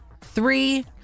three